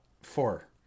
Four